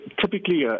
typically